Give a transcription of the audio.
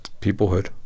peoplehood